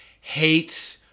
hates